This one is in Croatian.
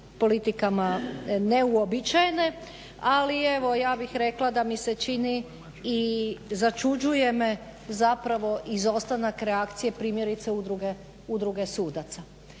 politikama neuobičajene. Ali evo ja bih rekla da mi se čini i začuđuje me zapravo izostanak reakcije primjerice Udruge sudaca,